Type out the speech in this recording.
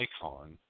icon